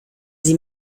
sie